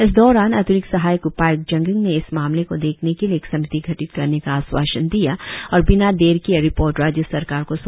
इस दौरान अतिरिक्त सहायक उपाय्क्त जेगिंग ने इस मामले को देखने के लिए एक समिति गठित करने का आश्वासन दिया और बिना देर किए रिपोर्ट राज्य सरकार को सौपने का भी आश्वासन दिया